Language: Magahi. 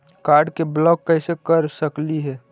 कार्ड के ब्लॉक कैसे कर सकली हे?